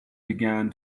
began